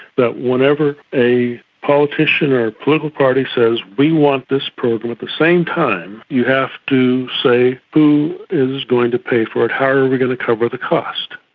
that whenever a politician or a political party says we want this program, at the same time you have to say who is going to pay for it, how are we going to cover the cost.